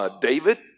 David